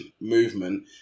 movement